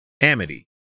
Amity